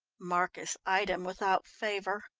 marcus eyed him without favour.